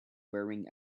wearing